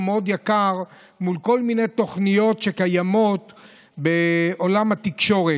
מאוד גבוה מול כל מיני תוכניות בעולם התקשורת.